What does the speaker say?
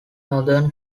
northern